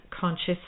conscious